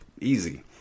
Easy